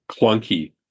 clunky